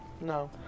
No